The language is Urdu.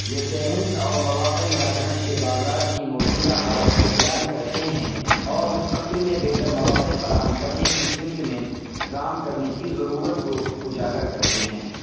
یہ چیلینز اور مواقع ملازمت کے بازار کی موجودہ حالت کو بیان کرتے ہیں اور مستقبل میں بہتر مواقع فراہم کرنے کی سمت میں کام کرنے کی ضرورت کو اجاگر کرتے ہیں